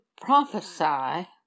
prophesy